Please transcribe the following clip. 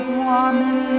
woman